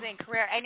career